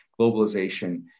globalization